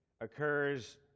occurs